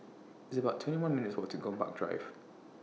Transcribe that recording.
It's about twenty one minutes' Walk to Gombak Drive